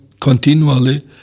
continually